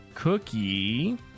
cookie